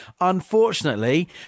Unfortunately